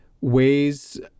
ways